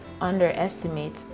underestimate